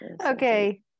Okay